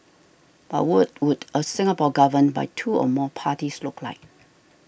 but what would a Singapore governed by two or more parties look like